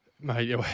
Mate